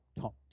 top